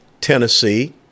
Tennessee